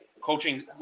coaching